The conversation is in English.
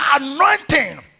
anointing